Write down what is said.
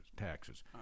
taxes